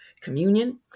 communion